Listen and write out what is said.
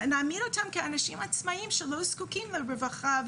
נעמיד אותם כאנשים עצמאיים שלא זקוקים לרווחה,